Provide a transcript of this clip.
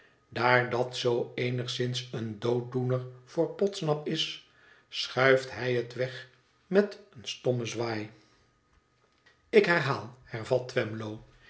daar dat zoo eenigszins een dooddoener voor podsnap is schuift hij het weg met een stommen zwaai ik herhaal hervat twemlow